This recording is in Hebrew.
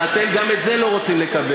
ואתם גם את זה לא רוצים לקבל.